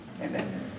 Amen